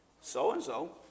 so-and-so